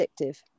addictive